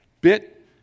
bit